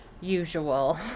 usual